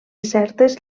certes